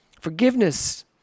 Forgiveness